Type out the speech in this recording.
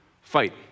Fight